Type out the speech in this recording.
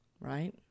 right